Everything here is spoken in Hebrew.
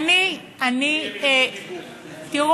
אני אחזור